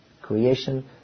Creation